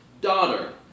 daughter